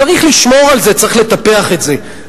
צריך לשמור על זה, צריך לטפח את זה.